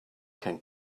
can